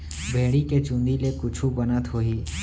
भेड़ी के चूंदी ले कुछु बनत होही?